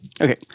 Okay